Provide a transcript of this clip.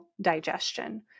digestion